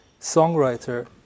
songwriter